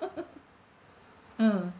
a'ah